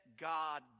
God